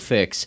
Fix